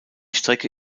strecke